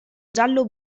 giallo